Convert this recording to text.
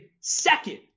second